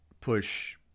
push